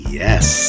yes